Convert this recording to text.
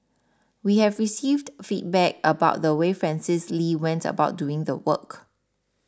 we have received feedback about the way Francis Lee went about doing the work